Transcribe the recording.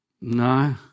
No